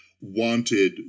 wanted